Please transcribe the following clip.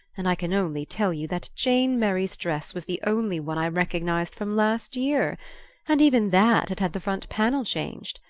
and i can only tell you that jane merry's dress was the only one i recognised from last year and even that had had the front panel changed.